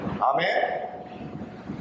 Amen